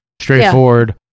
straightforward